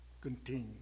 continue